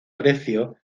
precio